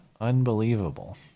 Unbelievable